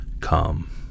come